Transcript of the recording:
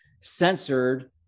censored